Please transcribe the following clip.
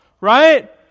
right